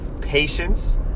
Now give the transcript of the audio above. patience